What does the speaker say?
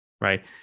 right